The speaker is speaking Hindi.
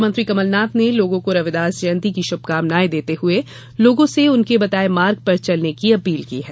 मुख्यमंत्री कमलनाथ ने लोगों को रविदास जयंती की शुभकामना देते हुए लोगों से उनके बताये मार्ग पर चलने की अपील की है